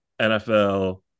NFL